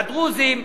לדרוזים,